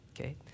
okay